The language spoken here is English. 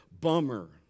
bummer